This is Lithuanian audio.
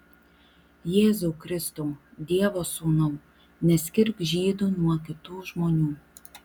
jėzau kristau dievo sūnau neskirk žydų nuo kitų žmonių